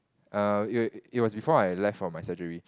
err it it was before I left for my surgery